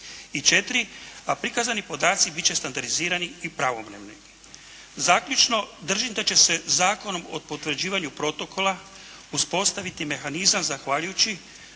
I četiri, a prikazani podaci bit će standardizirani i pravovremeni. Zaključno držim da će se Zakonom o potvrđivanju protokola uspostaviti mehanizam zahvaljujući